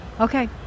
Okay